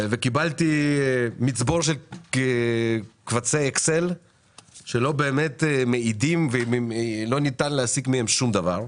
קיבלתי מצבור של קבצי אקסל שלא באמת מעידים ולא ניתן להסיק מהם שום דבר.